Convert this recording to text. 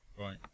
Right